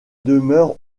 demeure